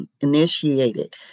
initiated